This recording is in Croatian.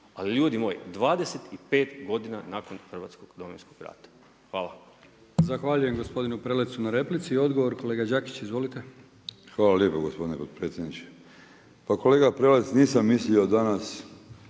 Ali ljudi moji 25 godina nakon hrvatskog Domovinskog rata. Hvala. **Brkić, Milijan (HDZ)** Zahvaljujem gospodinu Prelecu na replici. I odgovor kolega Đakić. Izvolite. **Đakić, Josip (HDZ)** Hvala lijepo gospodine potpredsjedniče. Pa kolega Prelec, nisam mislio danas